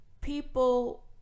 people